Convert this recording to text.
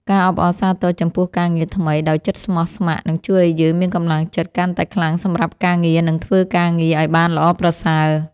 ការអបអរសាទរចំពោះការងារថ្មីដោយចិត្តស្មោះស្ម័គ្រនឹងជួយឱ្យយើងមានកម្លាំងចិត្តកាន់តែខ្លាំងសម្រាប់ការងារនិងធ្វើការងារឱ្យបានល្អប្រសើរ។